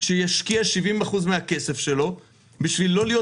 שישקיע 70% מהכסף שלו בשביל לא להיות